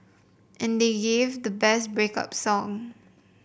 and they gave the best break up song